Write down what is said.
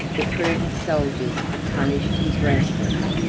the prudent soldiers have punished his rashness.